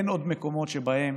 אין עוד מקומות שבהם